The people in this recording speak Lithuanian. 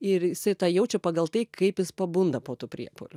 ir jisai tą jaučia pagal tai kaip jis pabunda po tų priepuolių